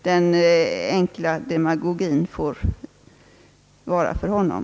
Den enkla demagogin får vara för honom.